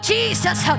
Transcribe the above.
Jesus